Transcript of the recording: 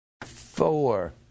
four